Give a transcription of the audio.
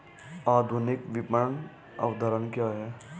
आधुनिक विपणन अवधारणा क्या है?